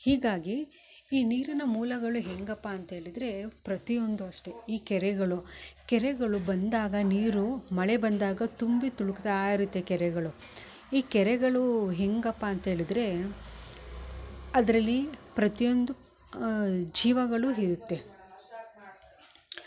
ಹೀಗಾಗಿ ಈ ನೀರಿನ ಮೂಲಗಳು ಹೇಗಪ್ಪ ಅಂತ ಹೇಳಿದರೆ ಪ್ರತಿಯೊಂದು ಅಷ್ಟೆ ಈ ಕೆರೆಗಳು ಕೆರೆಗಳು ಬಂದಾಗ ನೀರು ಮಳೆ ಬಂದಾಗ ತುಂಬಿ ತುಳಕ್ತಾ ಇರುತ್ತೆ ಕೆರೆಗಳು ಈ ಕೆರೆಗಳು ಹೇಗಪ್ಪ ಅಂತ ಹೇಳಿದರೆ ಅದರಲ್ಲಿ ಪ್ರತಿಯೊಂದು ಜೀವಗಳು ಇರುತ್ತೆ